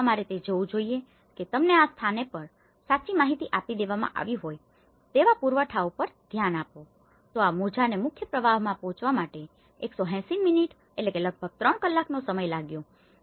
પરંતુ તમારે તે જોવું જોઈએ કે જો તમને આ સ્થાનો પર સાચી માહિતી આપી દેવામાં આવી હોય તેવા પુરાવાઓ પર ધ્યાન આપો તો આ મોજાને મુખ્ય પ્રવાહમાં પહોંચવા માટે 180મિનીટ એટલે કે લગભગ 3 કલાકનો સમય લાગ્યો હતો